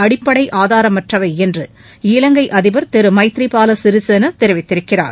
அடிப்படை ஆதாரமற்றவை என்று இலங்கை அதிபர் திரு மைத்றிபால சிறிசேனா தெரிவித்திருக்கிறார்